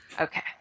Okay